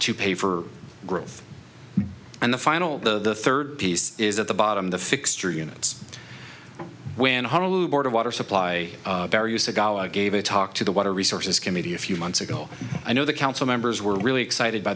to pay for growth and the final the third piece is at the bottom the fixture units when honolulu board of water supply gave a talk to the water resources committee a few months ago i know the council members were really excited by